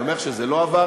אני אומר לך שזה לא עבר,